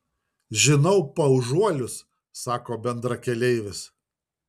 žinau paužuolius sako bendrakeleivis